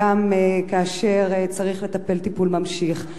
וכאשר צריך, גם טיפול ממשיך.